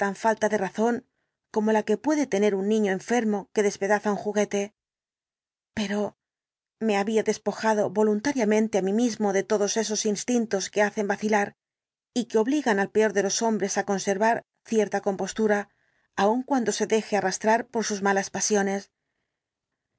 falta de razón como la que puede tener un niño enfermo que despedaza un juguete pero me había despojado voluntariamente á mí mismo de todos esos instintos que hacen vacilar y que obligan al peor de los hombres á conservar cierta compostura aun cuando se deje arrastrar por sus malas pasiones